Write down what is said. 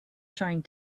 trying